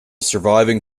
surviving